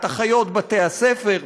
אחיות בתי-הספר,